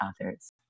others